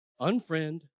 Unfriend